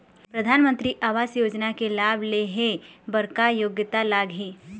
परधानमंतरी आवास योजना के लाभ ले हे बर का योग्यता लाग ही?